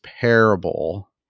parable